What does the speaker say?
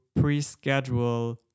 pre-schedule